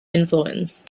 influence